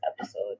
episode